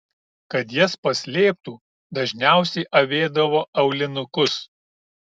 kad jas paslėptų dažniausiai avėdavo aulinukus